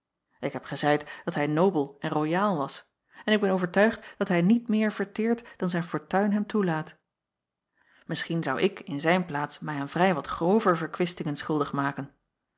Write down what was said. k heb gezeid dat hij nobel en royaal was en ik ben overtuigd dat hij niet meer verteert dan zijn fortuin hem toelaat isschien zou ik in zijn plaats mij aan vrij wat grover verkwistingen schuldig maken